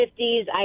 50s